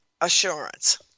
assurance